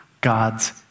God's